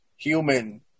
Human